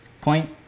point